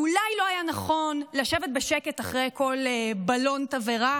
אולי לא היה נכון לשבת בשקט אחרי כל בלון תבערה